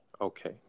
Okay